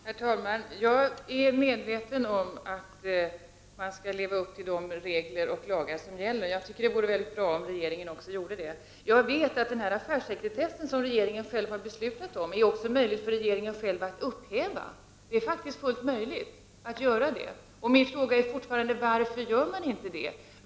Herr talman! Jag är medveten om att man skall leva upp till de regler och lagar som gäller. Det vore mycket bra om regeringen också gjorde det. Den affärssekretess som regeringen har beslutat om, är också möjlig för regeringen att själv upphäva. Det är fullt möjligt att göra det. Min fråga är fortfarande: Varför gör man inte det?